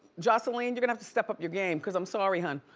joseline, you're gonna have to step up your game cause i'm sorry, hun.